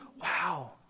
wow